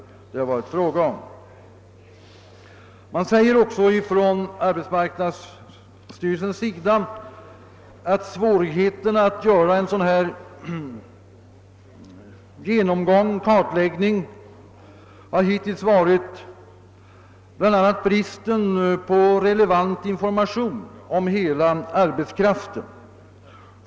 Statistiska centralbyrån säger vidare att svårigheten att göra en sådan genomgång och kartläggning hittills har berott »bl.a. på bristen på relevant information om hela arbetskraften.